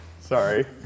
sorry